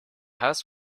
house